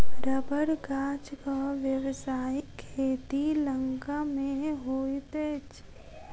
रबड़ गाछक व्यवसायिक खेती लंका मे होइत अछि